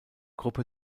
gruppe